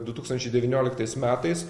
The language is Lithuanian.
du tūkstančiai devynioliktais metais